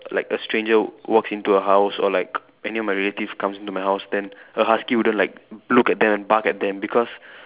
like a stranger walks into a house or like any of my relatives comes into my house then a husky wouldn't like look at them and bark at them because